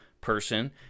person